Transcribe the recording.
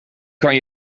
kan